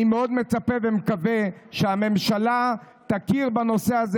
אני מצפה ומקווה מאוד שהממשלה תכיר בנושא הזה